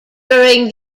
during